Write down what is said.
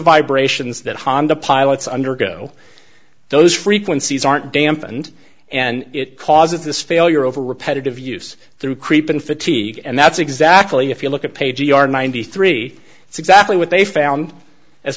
vibrations that honda pilots undergo those frequencies aren't dampened and it causes this failure over repetitive use through creeping fatigue and that's exactly if you look at page ninety three it's exactly what they found as